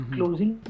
Closing